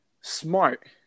smart